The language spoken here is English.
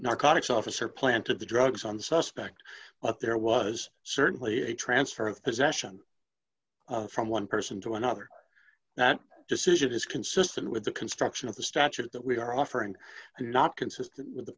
narcotics officer planted the drugs on the suspect but there was certainly a transfer of possession from one person to another that decision is consistent with the construction of the statute that we are offering and not consistent with the